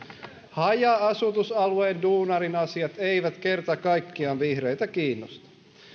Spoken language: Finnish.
haja asutusalueen duunarin asiat eivät kerta kaikkiaan vihreitä kiinnosta